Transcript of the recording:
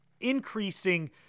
increasing